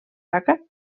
vaca